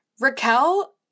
Raquel